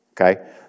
okay